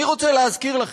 אני רוצה להזכיר לכם,